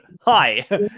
hi